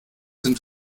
sind